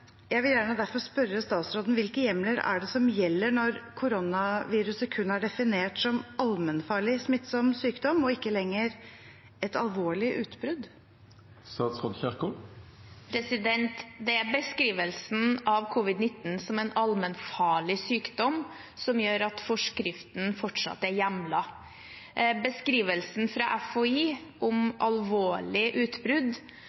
Jeg vil gjerne derfor spørre statsråden: Hvilke hjemler er det som gjelder når koronaviruset kun er definert som en allmennfarlig smittsom sykdom, ikke lenger som et alvorlig utbrudd? Det er beskrivelsen av covid-19 som en allmennfarlig sykdom som gjør at forskriften fortsatt er hjemlet. Beskrivelsen fra